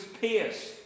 pierced